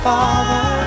Father